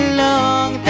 long